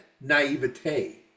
naivete